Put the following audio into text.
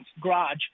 garage